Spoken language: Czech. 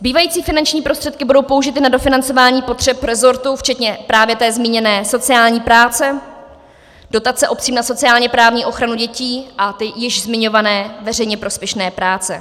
Zbývající finanční prostředky budou použity na dofinancování potřeb resortu včetně právě té zmíněné sociální práce, dotace obcím na sociálněprávní ochranu dětí a již zmiňované veřejně prospěšné práce.